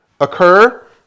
occur